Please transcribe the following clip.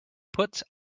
puts